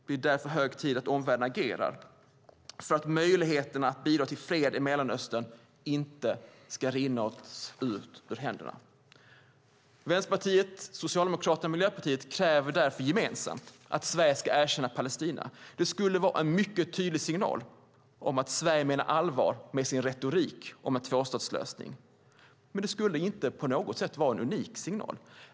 Det är därför hög tid att omvärlden agerar för att möjligheten att bidra till fred i Mellanöstern inte ska rinna oss ur händerna. Vänsterpartiet, Socialdemokraterna och Miljöpartiet kräver därför gemensamt att Sverige ska erkänna Palestina. Det skulle vara en mycket tydlig signal att Sverige menar allvar med sin retorik om en tvåstatslösning. Men det skulle inte på något sätt vara en unik signal.